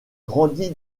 grandit